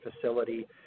facility